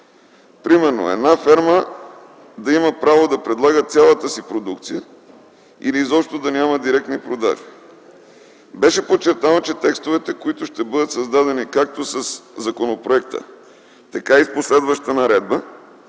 Примерно, една ферма да има право да предлага цялата си продукция или изобщо да няма директни продажби. Беше подчертано, че текстовете, които ще бъдат създадени както със законопроекта, така и с последващата наредба,